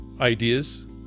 ideas